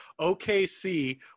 OKC